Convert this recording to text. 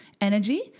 energy